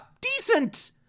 decent